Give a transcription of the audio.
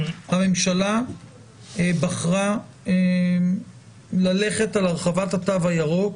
הממשלה בחרה ללכת על הרחבת התו הירוק